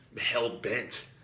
hell-bent